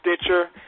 Stitcher